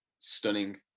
stunning